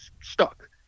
stuck